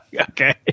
Okay